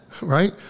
right